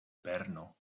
berno